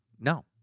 No